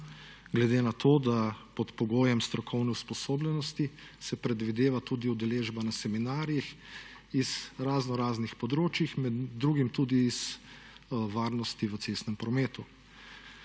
glede na to, da pod pogojem strokovne usposobljenosti se predvideva tudi udeležba na seminarjih iz razno raznih področij, med drugim tudi iz varnosti v cestnem prometu.